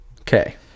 Okay